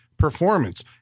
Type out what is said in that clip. Performance